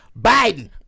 Biden